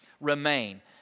remain